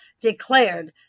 declared